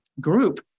group